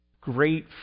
great